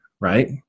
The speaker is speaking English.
right